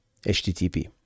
HTTP